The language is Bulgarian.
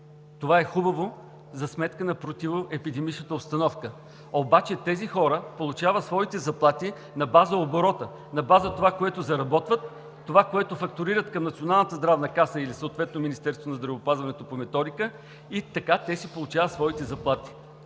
Това е хубаво за сметка на противоепидемичната обстановка обаче тези хора получават своите заплати на база оборота, на база това, което заработват, това, което фактурират към Националната здравна каса или съответно Министерството на здравеопазването по методика и така те си получават своите заплати.